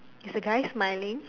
is the guy smiling